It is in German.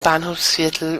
bahnhofsviertel